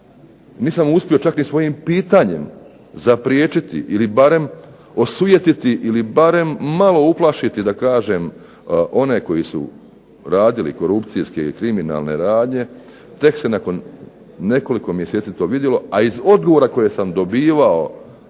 nisam uspio čak ni svojim pitanjem zapriječiti ili barem osujetiti ili barem malo uplašiti da kažem one koji su radili korupcijske i kriminalne radnje, tek se nakon nekoliko mjeseci to vidjelo, a iz odgovora koje sam dobivao